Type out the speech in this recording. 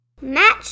Match